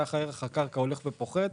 ככה ערך הקרקע הולך ופוחת,